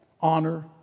honor